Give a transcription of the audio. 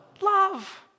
love